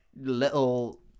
little